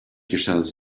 yourselves